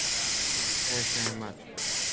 असहमत